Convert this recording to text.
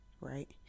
right